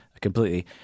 completely